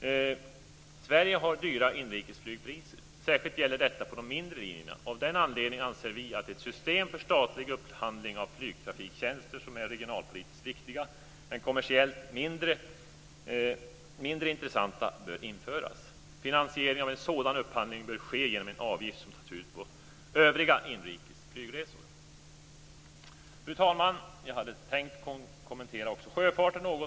Sverige har dyra inrikesflygpriser. Särskilt gäller detta på de mindre linjerna. Av den anledningen anser vi att ett system för statlig upphandling av flygtrafiktjänster som är regionalpolitiskt viktiga men kommersiellt mindre intressanta bör införas. Finansieringen av en sådan upphandling bör ske genom en avgift som tas ut på övriga inrikes flygresor. Fru talman! Jag hade också tänkt att kommentera sjöfarten.